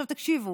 תקשיבו,